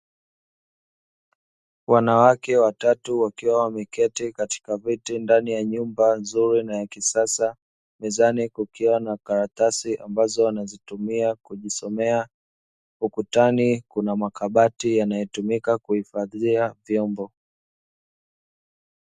Wanawake watatu wakiwa wameketi katika viti ndani ya nyumba nzuri na ya kisasa, mezani kukiwa na karatasi ambazo wanazitumia kujisomea; ukutani kuna makabati yanayotumika kuhifadhia vyombo.